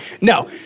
No